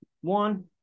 One